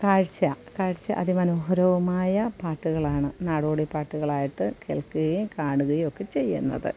കാഴ്ച കാഴ്ച അതിമനോഹരവുമായ പാട്ടുകളാണ് നാടോടി പാട്ടുകളായിട്ടു കേൾക്കുകയും കാണുകയും ഒക്കെ ചെയ്യുന്നത്